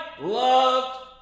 loved